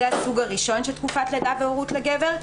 זה הסוג הראשון של תקופת לידה והורות לגבר.